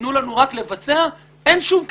תנו לנו רק לבצע אין שום קשר.